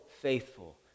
faithful